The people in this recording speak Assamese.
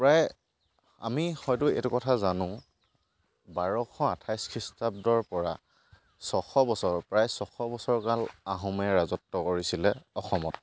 প্ৰায় আমি হয়তো এইটো কথা জানো বাৰশ আঠাইছ খৃষ্টাব্দৰপৰা ছশ বছৰ প্ৰায় ছশ বছৰ কাল আহোমে ৰাজত্ব কৰিছিলে অসমত